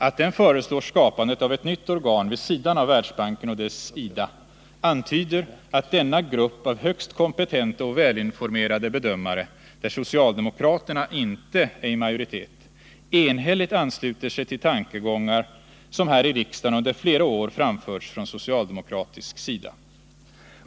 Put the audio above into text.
Att den föreslår skapandet av ett nytt organ vid sidan av Världsbanken och dess IDA antyder att denna grupp av högst kompetenta och välinformerade bedömare — där socialdemokraterna inte är i majoritet — enhälligt ansluter sig till tankegångar som här i riksdagen under flera år framförts från socialdemokratisk sida.